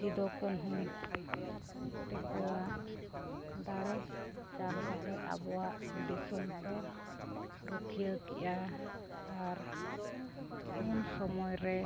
ᱥᱤᱫᱩᱼᱠᱟᱹᱱᱦᱩ ᱛᱟᱠᱚᱣᱟᱜ ᱫᱟᱲᱮ ᱪᱟᱞ ᱠᱟᱛᱮᱫ ᱟᱵᱚᱣᱟᱜ ᱫᱤᱥᱚᱢ ᱠᱚ ᱨᱩᱠᱷᱤᱭᱟᱹ ᱠᱮᱜᱼᱟ ᱟᱨ ᱩᱱ ᱥᱚᱢᱚᱭ ᱨᱮ